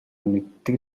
мэддэг